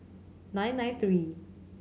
nine nine three